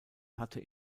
hatte